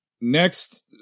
next